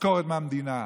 משכורת מהמדינה,